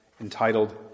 entitled